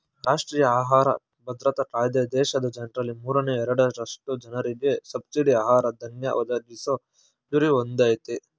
ರಾಷ್ಟ್ರೀಯ ಆಹಾರ ಭದ್ರತಾ ಕಾಯ್ದೆ ದೇಶದ ಜನ್ರಲ್ಲಿ ಮೂರನೇ ಎರಡರಷ್ಟು ಜನರಿಗೆ ಸಬ್ಸಿಡಿ ಆಹಾರ ಧಾನ್ಯ ಒದಗಿಸೊ ಗುರಿ ಹೊಂದಯ್ತೆ